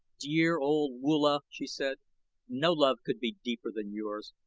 dear old woola, she said no love could be deeper than yours,